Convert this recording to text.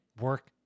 work